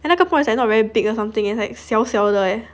and 那个 prawns like not very big or something it's like 小小的 leh